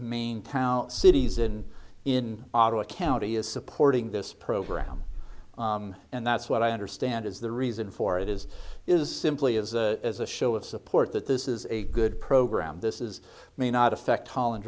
main town cities and in ottawa county is supporting this program and that's what i understand is the reason for it is is simply as a as a show of support that this is a good program this is may not affect holland